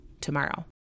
tomorrow